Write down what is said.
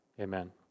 Amen